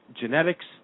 genetics